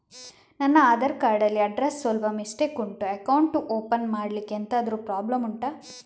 ನನ್ನ ಆಧಾರ್ ಕಾರ್ಡ್ ಅಲ್ಲಿ ಅಡ್ರೆಸ್ ಸ್ವಲ್ಪ ಮಿಸ್ಟೇಕ್ ಉಂಟು ಅಕೌಂಟ್ ಓಪನ್ ಮಾಡ್ಲಿಕ್ಕೆ ಎಂತಾದ್ರು ಪ್ರಾಬ್ಲಮ್ ಉಂಟಾ